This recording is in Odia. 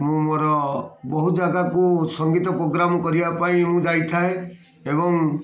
ମୁଁ ମୋର ବହୁତ ଜାଗାକୁ ସଙ୍ଗୀତ ପୋଗ୍ରାମ କରିବା ପାଇଁ ମୁଁ ଯାଇଥାଏ ଏବଂ